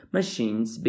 machines